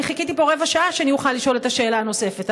אני חיכיתי פה רבע שעה שאני אוכל לשאול את השאלה הנוספת,